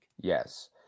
yes